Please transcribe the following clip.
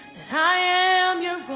i am your